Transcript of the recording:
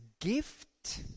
gift